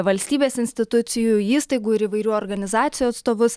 valstybės institucijų įstaigų ir įvairių organizacijų atstovus